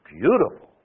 beautiful